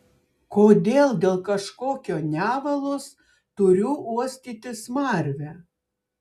kodėl dėl kažkokio nevalos turiu uostyti smarvę